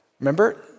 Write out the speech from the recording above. Remember